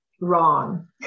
wrong